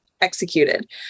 executed